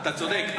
אתה צודק,